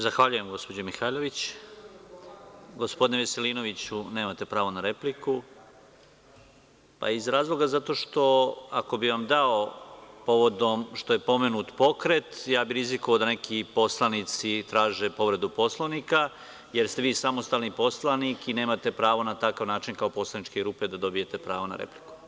Zahvaljujem, gospođo Mihajlović. (Janko Veselinović, s mesta: Replika.) Gospodine Veselinoviću, nemate pravo na repliku, iz razloga što ako bih vam dao povodom toga što je pomenut Pokret, rizikovao bih da neki poslanici traže povredu Poslovnika jer ste vi samostalni poslanik i nemate pravo na takav način kao poslaničke grupe da dobijete pravo na repliku.